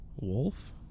Wolf